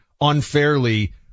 unfairly